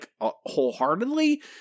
wholeheartedly